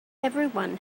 everyone